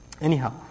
Anyhow